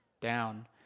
down